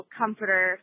comforter